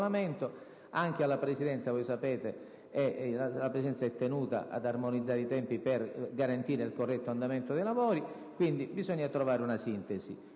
Anche la Presidenza, come voi sapete, è tenuta ad armonizzare i tempi per garantire il corretto andamento dei lavori. Quindi, bisogna trovare una sintesi.